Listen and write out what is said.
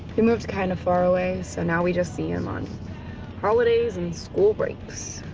he moved kind of far away, so now we just see him on holidays and school breaks.